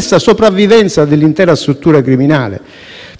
stessa sopravvivenza dell'intera struttura criminale.